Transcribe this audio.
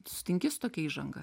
sutinki su tokia įžanga